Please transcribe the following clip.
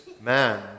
man